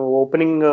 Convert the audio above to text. opening